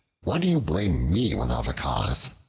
why do you blame me without a cause?